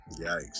Yikes